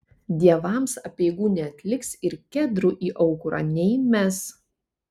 dievams apeigų neatliks ir kedrų į aukurą neįmes